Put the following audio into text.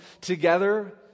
together